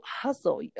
hustle